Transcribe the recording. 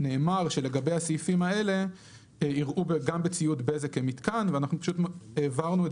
נאמר שלגבי הסעיפים האלה יראו גם בציוד בזק כמתקן ואנחנו פשוט העברנו את